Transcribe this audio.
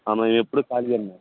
ఎప్పుడు ఖాళీయే మేడం